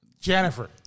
Jennifer